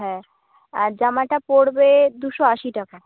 হ্যাঁ আর জামাটা পড়বে দুশো আশি টাকা